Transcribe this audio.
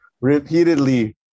repeatedly